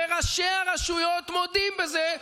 וראשי הרשויות מודים בזה,